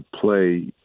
play